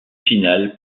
finales